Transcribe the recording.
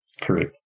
Correct